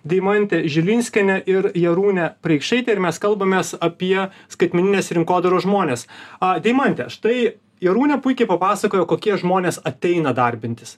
deimantė žilinskienė ir jarūnė preikšaitė ir mes kalbamės apie skaitmeninės rinkodaros žmones a deimante štai jarūnė puikiai papasakojo kokie žmonės ateina darbintis